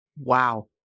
Wow